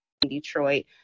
Detroit